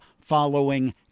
following